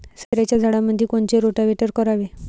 संत्र्याच्या झाडामंदी कोनचे रोटावेटर करावे?